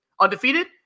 undefeated